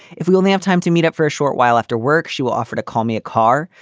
if we only have time to meet up for a short while after work, she will offer to call me a car.